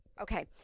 Okay